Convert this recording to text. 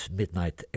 Midnight